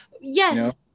Yes